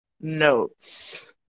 Notes